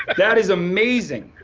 that is amazing.